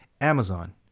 amazon